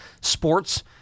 sports